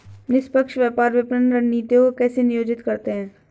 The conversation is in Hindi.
निष्पक्ष व्यापार विपणन रणनीतियों को कैसे नियोजित करते हैं?